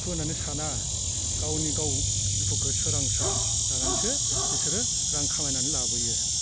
दुखु होन्नानै साना गावनि गाव दुखुखौ सोरांसा लानानैसो बिसोरो रां खामायनानै लाबोयो